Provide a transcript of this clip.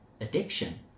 addiction